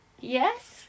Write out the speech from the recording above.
Yes